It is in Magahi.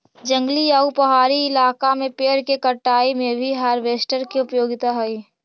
जंगली आउ पहाड़ी इलाका में पेड़ के कटाई में भी हार्वेस्टर के उपयोगिता हई